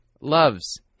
loves